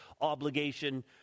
obligation